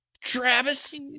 Travis